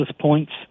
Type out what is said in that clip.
points